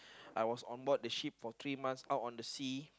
I was onboard the ship for three months out on the sea